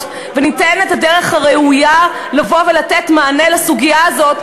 וניתן את הדרך הראויה לבוא ולתת מענה בסוגיה הזאת,